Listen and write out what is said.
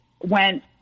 went